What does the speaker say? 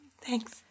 Thanks